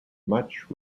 much